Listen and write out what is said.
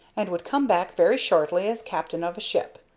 and would come back very shortly as captain of a ship.